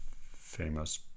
famous